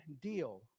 deal